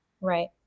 Right